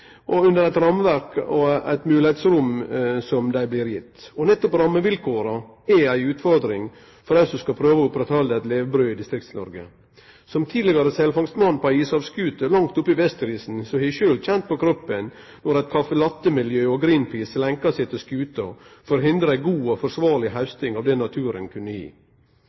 og under eit rammeverk og eit moglegheitsrom som dei blir gitt. Nettopp rammevilkåra er ei utfordring for dei som skal prøve å halde oppe eit levebrød i Distrikts-Noreg. Som tidlegare selfangstmann på ei ishavsskute langt oppe i Vesterisen har eg sjølv kjent det på kroppen når caffè latte-miljøet og Greenpeace lenkja seg til skuta for å hindre ei god og forsvarleg hausting av det